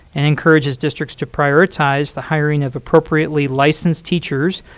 and encourages districts to prioritize the hiring of appropriately licensed teachers,